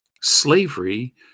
Slavery